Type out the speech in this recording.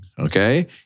Okay